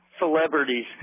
Celebrities